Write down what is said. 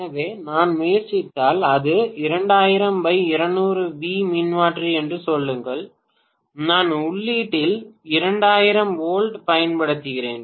எனவே நான் முயற்சித்தால் அது 2000200 வி மின்மாற்றி என்று சொல்லுங்கள் நான் உள்ளீட்டில் 2000 வோல்ட் பயன்படுத்துகிறேன்